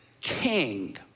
king